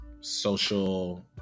social